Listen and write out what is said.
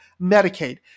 Medicaid